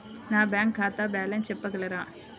నా బ్యాంక్ ఖాతా బ్యాలెన్స్ చెప్పగలరా?